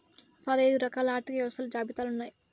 పదైదు రకాల ఆర్థిక వ్యవస్థలు జాబితాలు ఉన్నాయి